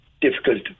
difficult